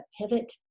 pivot